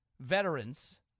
veterans